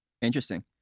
Interesting